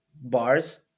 bars